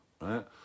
right